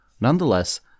Nonetheless